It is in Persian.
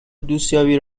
دوستیابی